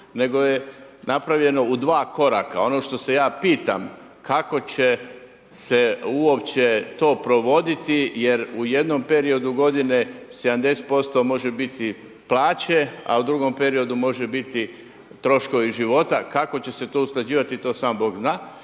nego je napravljeno u 2 koraka. Ono što se ja pitam kako će se uopće to provoditi jer u jednom periodu godine 70% može biti plaće a u drugom periodu može biti troškovi života. Kako će se to usklađivati to sam Bog zna.